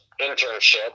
internship